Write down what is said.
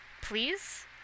please